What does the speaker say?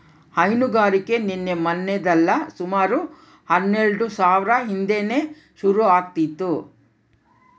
ಹೈನುಗಾರಿಕೆ ನಿನ್ನೆ ಮನ್ನೆದಲ್ಲ ಸುಮಾರು ಹನ್ನೆಲ್ಡು ಸಾವ್ರ ಹಿಂದೇನೆ ಶುರು ಆಗಿತ್ತು